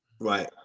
Right